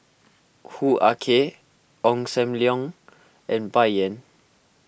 Hoo Ah Kay Ong Sam Leong and Bai Yan